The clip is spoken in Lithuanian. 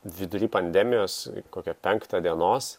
vidury pandemijos kokią penktą dienos